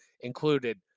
included